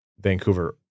Vancouver